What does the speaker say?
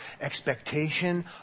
Expectation